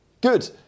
Good